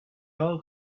all